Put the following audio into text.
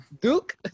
duke